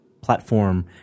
platform